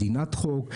מדינת חוק,